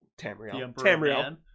Tamriel